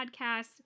Podcasts